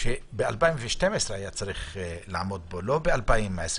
שב-2012 היה צריך לעמוד בו ולא ב-2020.